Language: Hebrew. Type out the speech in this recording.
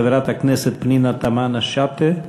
חברת הכנסת פנינה תמנו-שטה.